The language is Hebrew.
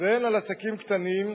והן על עסקים קטנים,